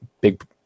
big